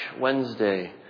Wednesday